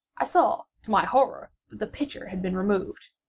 i saw, to my horror, that the pitcher had been removed.